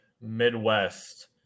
Midwest